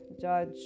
judge